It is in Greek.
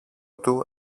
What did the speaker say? του